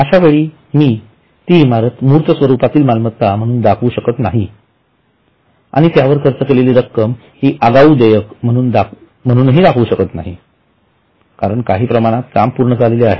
अश्यावेळी मी ती इमारत मूर्त स्वरूपातील मालमत्ता म्हणून दाखवू शकत नाही आणि त्यावर खर्च केलेली रक्कम हि आगाऊ देयक म्हणूनही दाखवू शकत नाही कारण काही प्रमाणात काम पूर्ण झालेले आहे